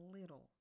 little